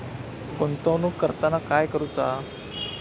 गुंतवणूक करताना काय करुचा?